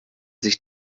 sich